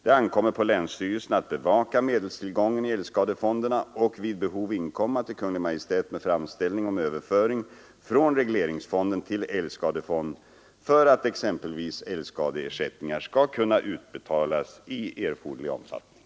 Det ankommer på länsstyrelserna att bevaka medelstillgången i älgskadefonderna och vid behov inkomma till Kungl. Maj:t med framställning om överföring från regleringsfonden till älgskadefond för att exempelvis älgskadeersättningar skall kunna utbetalas i erforderlig omfattning.